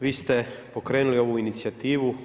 Vi ste pokrenuli ovu inicijativu.